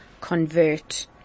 convert